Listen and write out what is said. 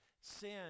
Sin